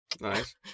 nice